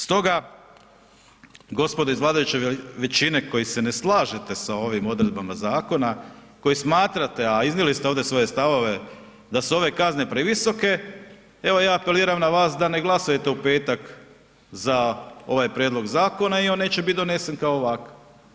Stoga, gospodo iz vladajuće većine koji se ne slažete sa ovim odredbama zakona, koji smatrate, a iznijeli ste ovdje svoje stavove, da su ove kazne previsoke, evo ja apeliram na vas da ne glasujete u petak za ovaj prijedlog zakona i on neće biti donesen kao ovakav.